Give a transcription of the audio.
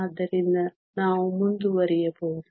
ಆದ್ದರಿಂದ ನಾವು ಮುಂದುವರಿಯಬಹುದು